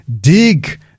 dig